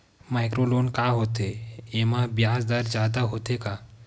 Micro loan का होथे येमा ब्याज दर जादा होथे का?